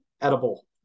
edible